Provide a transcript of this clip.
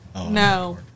No